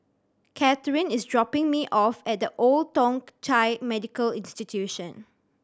Kathyrn is dropping me off at The Old Thong Chai Medical Institution